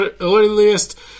earliest